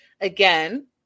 again